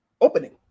opening